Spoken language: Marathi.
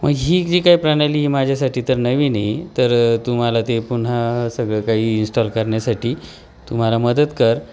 मग ही जी काय प्रणाली ही माझ्यासाठी तर नवीन आहे तर तू मला ते पुन्हा सगळं काही इन्स्टॉल करण्यासाठी तू मला मदत कर